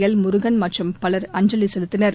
எல்முருகன் மற்றும் பலர் அஞ்சலி செலுத்தினர்